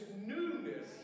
newness